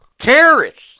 Terrorists